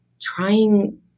trying